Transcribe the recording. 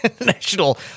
National